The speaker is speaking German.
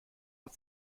aus